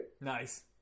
Nice